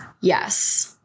yes